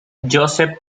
joseph